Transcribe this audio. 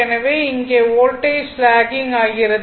எனவே இங்கே voltage locking ஆகிறது